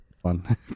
fun